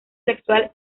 sexual